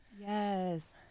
Yes